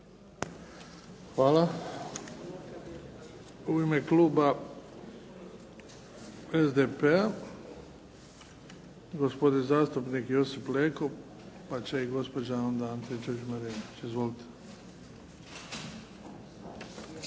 Hvala. U ime kluba SDP-a, gospodin zastupnik Josip Leko. Pa će i gospođa onda Antičević Marinović. Izvolite.